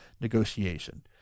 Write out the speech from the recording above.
negotiation